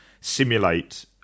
simulate